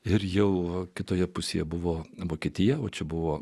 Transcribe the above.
ir jau kitoje pusėje buvo vokietija o čia buvo